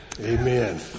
amen